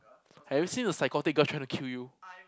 have you seen a psychotic girl trying to kill you